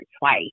twice